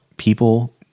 People